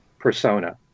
persona